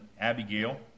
Abigail